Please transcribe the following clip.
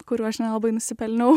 kurių aš nelabai nusipelniau